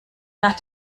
nach